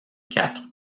quatre